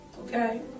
okay